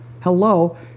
Hello